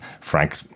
Frank